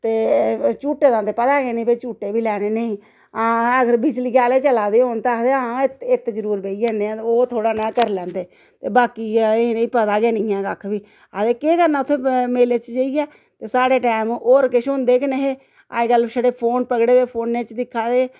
ते झूटे दा पता गै नी झूटे बी लैंदे न हां अगर बिजली आह्ले चला दे होना तां हां आखदे इत्त जरूरी बेही जन्ने ओह् थोह्ड़ा नेहा करी लैंदा बाकी इनें गी पता गै नि ऐ कक्ख बी असें केह् करना उत्थें मेले च जाइयै साढ़े टैम होर किश होंदे गै निहे अज्जकल छड़े फोन पकड़े दे फोनै च दिक्खै दे